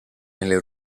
nelle